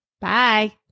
Bye